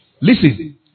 Listen